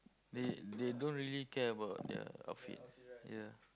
they they don't really care about their outfit yeah